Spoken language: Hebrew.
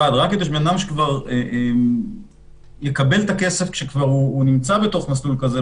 כדי שאדם יקבל את הכסף כשהוא כבר נמצא בתוך מסלול כזה,